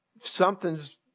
something's